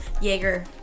Jaeger